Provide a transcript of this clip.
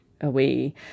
away